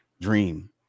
dream